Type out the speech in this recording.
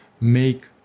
make